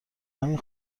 همین